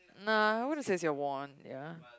nah I wouldn't say it's your wand ya